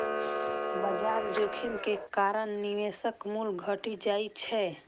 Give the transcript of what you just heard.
बाजार जोखिम के कारण निवेशक मूल्य घटि जाइ छै